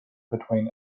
between